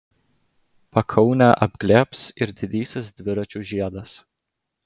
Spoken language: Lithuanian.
pakaunę apglėbs ir didysis dviračių žiedas